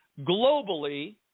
globally